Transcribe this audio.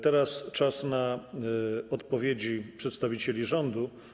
Teraz czas na odpowiedzi przedstawicieli rządu.